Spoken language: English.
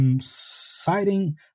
citing